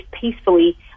peacefully